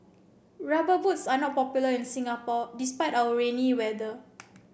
rubber boots are not popular in Singapore despite our rainy weather